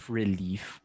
relief